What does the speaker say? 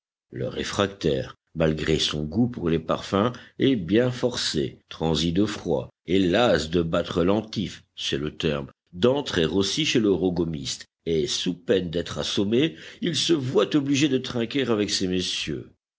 le réfractaire malgré son goût pour les parfums est bien forcé transi de froid et las de battre l'antiffe c'est le terme d'entrer aussi chez le rogomiste et sous peine d'être assommé il se voit obligé de trinquer avec ces messieurs